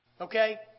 Okay